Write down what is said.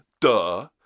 duh